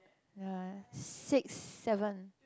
ya six seven